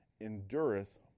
endureth